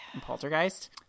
Poltergeist